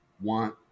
want